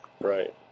right